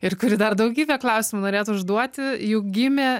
ir kuri dar daugybę klausimų norėtų užduoti juk gimė